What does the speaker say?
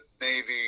Navy